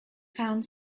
found